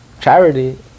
charity